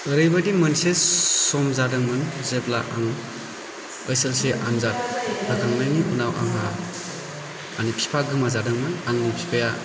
ओरैबायदि मोनसे सम जादोंमोन जेब्ला आं बोसोरसे आंजाद जाखांनायनि उनाव आंहा आंनि पिफा गोमा जादोंमोन आंनि पिफाया